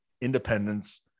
independence